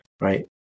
right